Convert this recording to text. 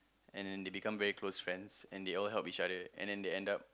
and then they become very close friends and they always help each other